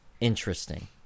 interesting